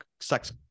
sex